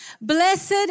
Blessed